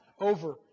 over